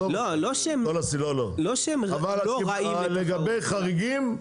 אבל לגבי חריגים,